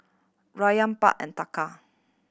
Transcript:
Rufiyaa Baht and Taka